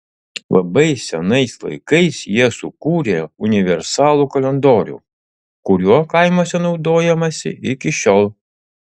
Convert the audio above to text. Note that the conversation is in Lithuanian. labai senais laikais jie sukūrė universalų kalendorių kuriuo kaimuose naudojamasi iki šiol